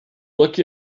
look